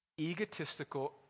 egotistical